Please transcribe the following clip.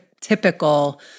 typical